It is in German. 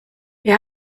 wir